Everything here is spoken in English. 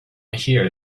here